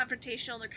confrontational